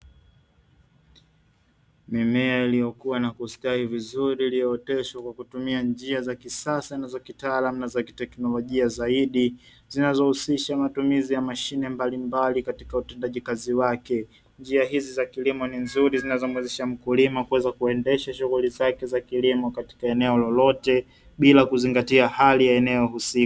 Mimea iliyokuwa na kustawi vizuri iliyooteshwa kwa kutumia njia za kisasa nazo kitaalamu na za teknolojia zaidi zinazohusisha matumizi ya mashine mbalimbali katika utendaji kazi wake, njia hizi za kilimo ni nzuri zinazomwezesha mkulima kuweza kuendesha shughuli zake za kilimo katika eneo lolote bila kuzingatia hali ya eneo husika.